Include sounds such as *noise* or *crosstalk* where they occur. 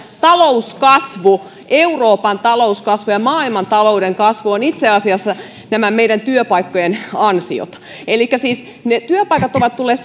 talouskasvu euroopan talouskasvu ja maailman talouden kasvu ovat itse asiassa näiden meidän työpaikkojemme ansiota elikkä siis ne työpaikat ovat tulleet *unintelligible*